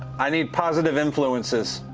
i need positive influences.